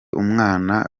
umwana